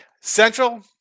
Central